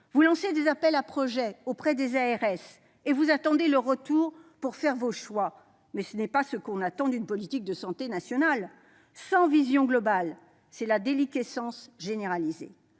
Vous lancez des appels à projets auprès des ARS et vous attendez leur retour pour faire vos choix. Mais ce n'est pas ce qu'on attend d'une politique de santé nationale ! Sans vision globale, c'est la déliquescence généralisée.